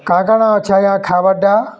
କାଁ କା'ଣା ଅଛେ ଆଜ୍ଞା ଖାଏବାର୍ଟା